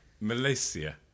Malaysia